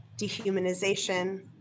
dehumanization